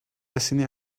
asséner